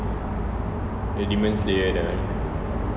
the demon slayer that [one]